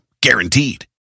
Guaranteed